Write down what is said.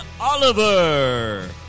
Oliver